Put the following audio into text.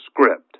script